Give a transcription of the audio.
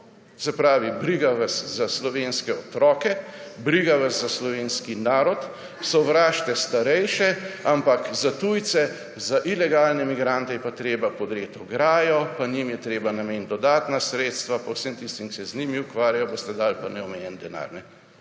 se pravi, briga vas za slovenske otroke, briga vas za slovenski narod, sovražite starejše. Ampak za tujce, za ilegalne migrante je pa treba podreti ograjo, njim je treba nameniti dodatna sredstva, pa vsem tistim, ki se z njimi ukvarjajo, boste dali pa neomejen denar.